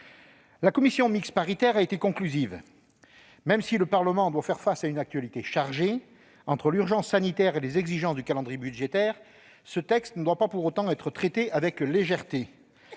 la commission mixte paritaire est parvenue à un accord. Même si le Parlement doit faire face à une actualité chargée, entre l'urgence sanitaire et les exigences du calendrier budgétaire, ce texte ne doit pas pour autant être traité avec légèreté.